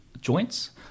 joints